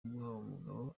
umugabo